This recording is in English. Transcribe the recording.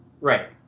right